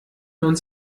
uns